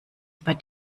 über